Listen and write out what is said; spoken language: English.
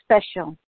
special